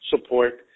support